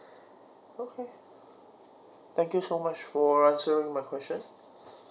okay thank you so much for answering my questions